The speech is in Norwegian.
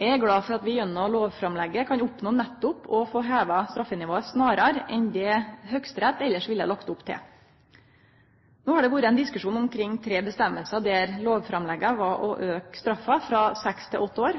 Eg er glad for at vi gjennom lovframlegget kan oppnå nettopp å få heva straffenivået snarare enn det Høgsterett elles ville lagt opp til. No har det vore ein diskusjon omkring tre føresegner der lovframlegga gjekk ut på å auke straffa frå seks til åtte år,